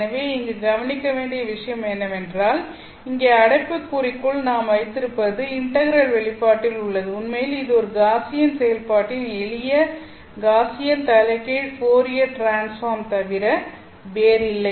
எனவே இங்கே கவனிக்க வேண்டிய விஷயம் என்னவென்றால் இங்கே அடைப்புக்குறிக்குள் நாம் வைத்திருப்பது இன்டெக்ரல் வெளிப்பாட்டில் உள்ளது உண்மையில் இது ஒரு காஸியன் செயல்பாட்டின் எளிய காஸியன் தலைகீழ் ஃபோரியர் டிரான்ஸ்பார்ம் தவிர வேறில்லை